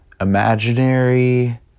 imaginary